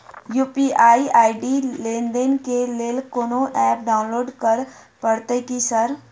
UPI ID लेनदेन केँ लेल कोनो ऐप डाउनलोड करऽ पड़तय की सर?